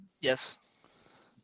Yes